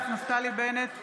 נוכח נפתלי בנט,